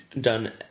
Done